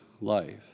life